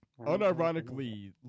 unironically